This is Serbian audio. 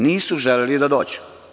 Nisu želeli da dođu.